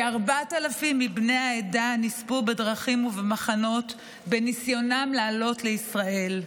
כ-4,000 מבני העדה נספו בדרכים ובמחנות בניסיונם לעלות לישראל.